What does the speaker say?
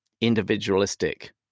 individualistic